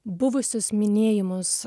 buvusius minėjimus